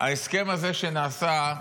ההסכם הזה שנעשה,